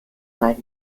mal